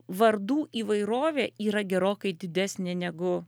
vardų įvairovė yra gerokai didesnė negu